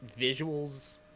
visuals